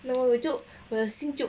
那我就我有心就